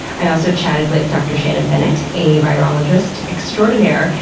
i also chatted with dr. shannon bennett, a virologist extraordinaire,